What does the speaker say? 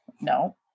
No